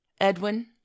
Edwin